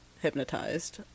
hypnotized